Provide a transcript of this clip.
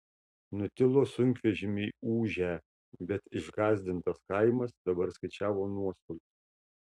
nutilo sunkvežimiai ūžę bet išgąsdintas kaimas dabar skaičiavo nuostolius